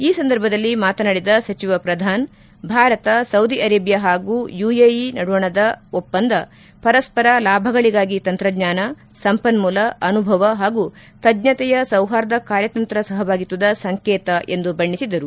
ಈ ಸಂದರ್ಭದಲ್ಲಿ ಮಾತನಾಡಿದ ಸಚಿವ ಪ್ರಧಾನ್ ಭಾರತ ಸೌದಿ ಅರೆಬಿಯಾ ಹಾಗೂ ಯುಎಇ ನಡುವಣದ ಒಪ್ಪಂದ ಪರಸ್ಪರ ಲಾಭಗಳಿಗಾಗಿ ತಂತ್ರಜ್ಞಾನ ಸಂಪನ್ನೂಲ ಅನುಭವ ಹಾಗೂ ತಜ್ಞತೆಯ ಸೌಹಾರ್ದ ಕಾರ್ಯತಂತ್ರ ಸಹಭಾಗಿತ್ವದ ಸಂಕೇತ ಎಂದು ಬಣ್ಣಿಸಿದರು